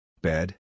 Bed